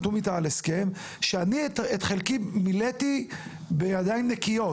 שאני את חלקי מילאתי בידיים נקיות.